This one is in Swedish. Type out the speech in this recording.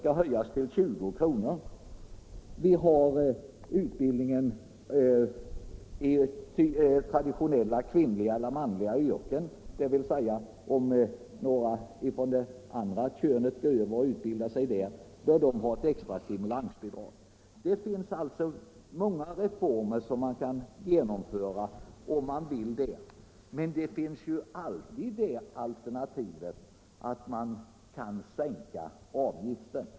Det har också föreslagits att om någon går över från ett traditionellt kvinnligt till ett traditionellt manligt yrke eller tvärtom, så bör vederbörande kunna få ett extra stimulansbidrag för den utbildning som då behövs. Det finns sålunda många förslag på reformer som kan genomföras, om man vill det. Likaså finns alltid det alternativet att man kan sänka avgiften.